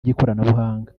ry’ikoranabuhanga